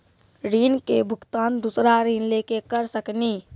ऋण के भुगतान दूसरा ऋण लेके करऽ सकनी?